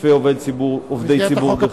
תוקפי עובדי ציבור בכלל.